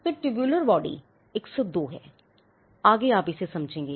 तो tubular body 102 है आगे आप इसे समझेंगे